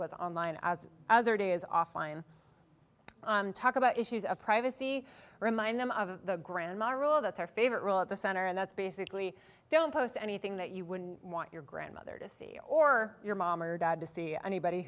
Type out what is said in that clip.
was online as as it is offline talk about issues of privacy remind them of the grandma rule that's our favorite rule at the center and that's basically don't post anything that you wouldn't want your grandmother to see or your mom or dad to see anybody